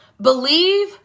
believe